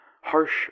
harsh